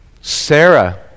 Sarah